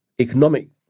economic